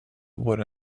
what